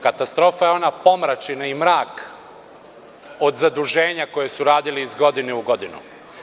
Katastrofa je ona pomrčina i mrak od zaduženja koje su radili iz godine u godinu.